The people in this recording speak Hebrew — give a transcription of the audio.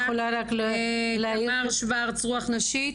תמר שוורץ, רוח נשית.